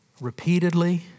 repeatedly